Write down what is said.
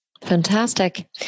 Fantastic